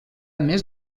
més